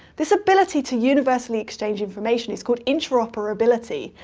this ability to universally exchange information is called interoperability.